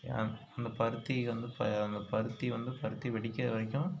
ஏ அந்த பருத்தி வந்து இப்போ அந்த பருத்தி வந்து பருத்தி வெடிக்கிற வரைக்கும்